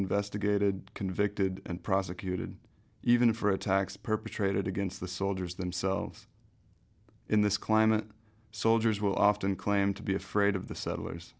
investigated convicted and prosecuted even for attacks perpetrated against the soldiers themselves in this climate soldiers will often claim to be afraid of the settlers